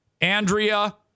Andrea